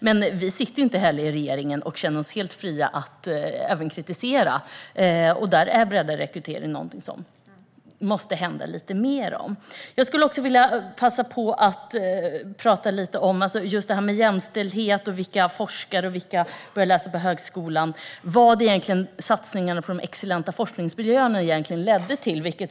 Vänsterpartiet sitter inte i regeringen, och vi känner oss helt fria att även kritisera. Där är breddad rekrytering ett område där det måste hända lite mer. Jag skulle vilja passa på att säga något mer om jämställdhet, forskning och vilka som börjar läsa på högskolan. Vad ledde egentligen satsningen på de excellenta forskningsmiljöerna till?